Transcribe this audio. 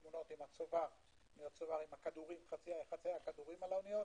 עם חצאי הכדורים על האוניות,